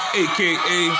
aka